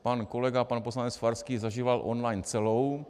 Pan kolega pan poslanec Farský ji zažíval online celou.